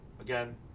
Again